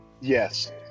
Yes